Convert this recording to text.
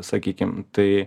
sakykim tai